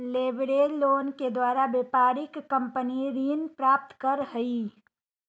leverage loan के द्वारा व्यापारिक कंपनी ऋण प्राप्त करऽ हई